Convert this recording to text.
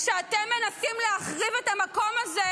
כשאתם מנסים להחריב את המקום הזה,